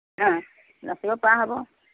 অঁ ৰাখিব পৰা হ'ব